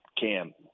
Cam